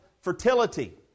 fertility